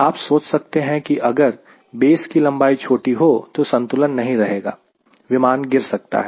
आप सोच सकते हैं कि अगर देश की लंबाई छोटी हो तो संतुलन नहीं रहेगा और विमान गिर सकता है